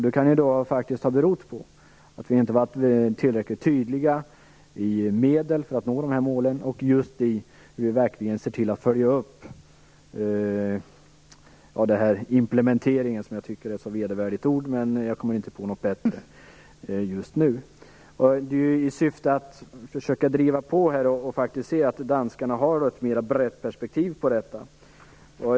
Det kan ha berott på att vi inte varit tillräckligt tydliga när det gäller medlen för att nå målen och när det gäller att verkligen se till att implementeringen - ett vedervärdigt ord, men just nu kommer jag inte på något bättre - följs upp; detta i syfte att driva på. Danskarna har faktiskt ett bredare perspektiv på detta.